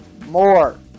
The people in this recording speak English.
more